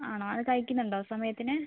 ആണോ അത് കഴിക്കുന്നുണ്ടോ സമയത്തിന്